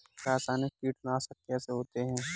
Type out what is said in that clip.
रासायनिक कीटनाशक कैसे होते हैं?